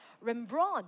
Rembrandt